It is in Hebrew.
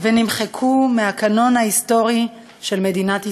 נמחקו מהקנון ההיסטורי של מדינת ישראל,